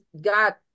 God